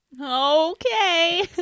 Okay